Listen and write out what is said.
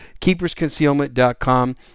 Keepersconcealment.com